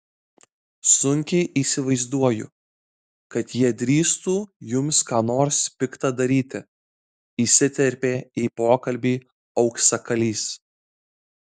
sunkiai įsivaizduoju kad jie drįstų jums ką nors pikta daryti įsiterpė į pokalbį auksakalys